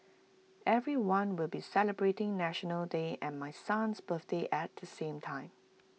everyone will be celebrating National Day and my son's birthday at the same time